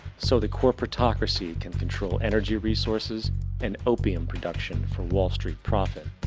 so the corporatocracy can control energy resources and opium production for wall st. profit.